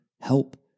help